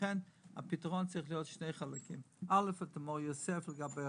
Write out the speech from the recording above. ולכן הפתרון צריך להיות בשני חלקים: א' את מור יוסף לגבי